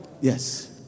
Yes